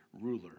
ruler